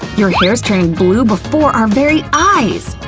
your hair's turning blue before our very eyes!